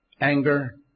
anger